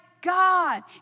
God